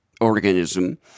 organism